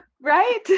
Right